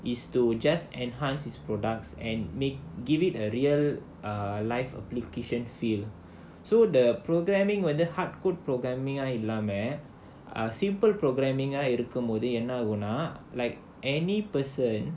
is to just enhance his products and make give it a real err life application feel so the programming when whether hard code programming ah இல்லாம:illaama simple programming ah இருக்கும்போது என்னாகும்னா:irukkumpothu ennaagumnaa like any person